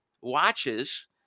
watches